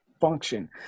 function